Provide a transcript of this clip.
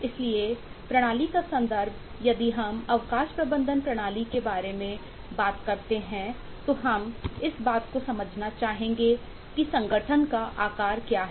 इसलिए प्रणाली का संदर्भ यदि हम अवकाश प्रबंधन प्रणाली के बारे में बात करते हैं तो हम इस बात को समझना चाहेंगे कि संगठन का आकार क्या है